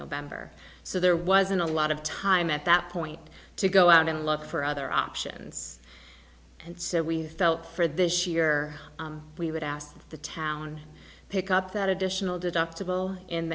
november so there wasn't a lot of time at that point to go out and look for other options and so we felt for this year we would ask the town pick up that additional deductible